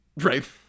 Right